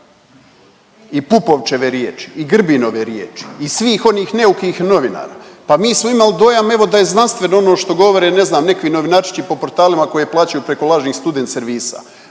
i Pupovčeve riječi i Grbinove riječi i svih onih neukih novinara, pa mi smo imali dojam, evo, da je znanstveno ono što govore neki novinarčići po portalima koje plaćaju preko lažnih student servisa,